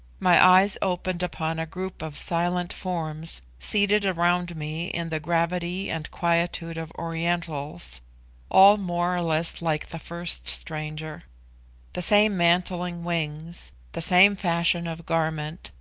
my eyes opened upon a group of silent forms, seated around me in the gravity and quietude of orientals all more or less like the first stranger the same mantling wings, the same fashion of garment,